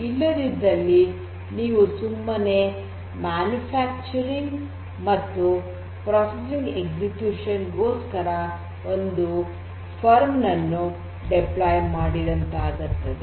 ಇಲ್ಲದಿದ್ದಲ್ಲಿ ನೀವು ಸುಮ್ಮನೆ ಉತ್ಪಾದನೆ ಮತ್ತು ಪ್ರಕ್ರಿಯೆ ಕಾರ್ಯಗತಗೊಳಿಸುವಿಕೆಗೋಸ್ಕರ ಒಂದು ಸಂಸ್ಥೆಯನ್ನು ನಿಯೋಜಿಸಿದಂತಾಗುತ್ತದೆ